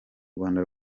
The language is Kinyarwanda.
rwanda